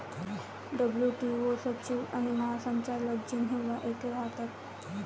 WTO सचिव आणि महासंचालक जिनिव्हा येथे राहतात